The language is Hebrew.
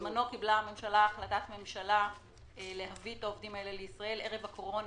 בזמנו קבלה הממשלה החלטה להביא את העובדים האלה לישראל ערב הקורונה,